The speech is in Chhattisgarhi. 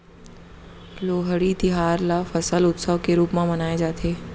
लोहड़ी तिहार ल फसल उत्सव के रूप म मनाए जाथे